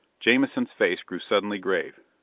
jamison's face grew suddenly grave.